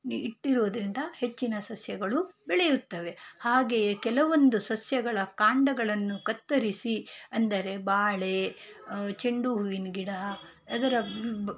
ಇಟ್ಟಿರುವುದರಿಂದ ಹೆಚ್ಚಿನ ಸಸ್ಯಗಳು ಬೆಳೆಯುತ್ತವೆ ಹಾಗೆಯೇ ಕೆಲವೊಂದು ಸಸ್ಯಗಳ ಕಾಂಡಗಳನ್ನು ಕತ್ತರಿಸಿ ಅಂದರೆ ಬಾಳೆ ಚೆಂಡು ಹೂವಿನ ಗಿಡ ಅದರ